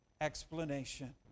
explanation